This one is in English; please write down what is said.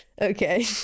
okay